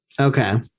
Okay